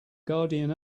guardian